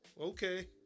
Okay